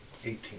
eighteen